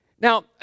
Now